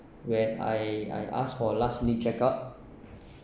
when I I asked for last minute check out